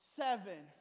seven